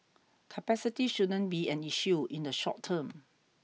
capacity shouldn't be an issue in the short term